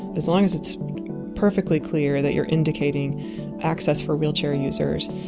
as long as it's perfectly clear that you're indicating access for wheelchair users,